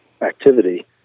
activity